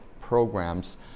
programs